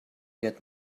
get